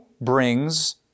brings